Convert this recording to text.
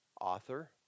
Author